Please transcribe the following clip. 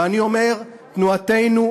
ואני אומר: תנועתנו,